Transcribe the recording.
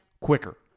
quicker